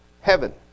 heaven